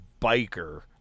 Biker